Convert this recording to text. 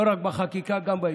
לא רק בחקיקה, גם ביישום.